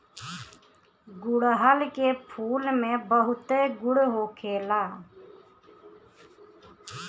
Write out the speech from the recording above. गुड़हल के फूल में बहुते गुण होखेला